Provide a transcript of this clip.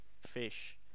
fish